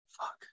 Fuck